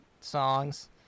songs